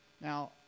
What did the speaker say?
Now